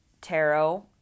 tarot